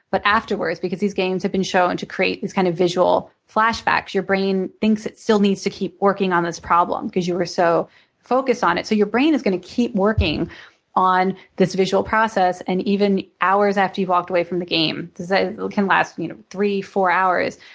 but afterwards because these games have been shown to create these kind of visual flashbacks. your brain thinks it still needs to keep working on this problem because you were so focused on it. so your brain is going to keep working on this visual process and even hours after you've walked away from the game. ah it can last you know three, four hours.